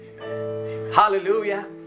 Hallelujah